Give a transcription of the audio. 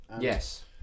Yes